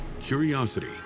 curiosity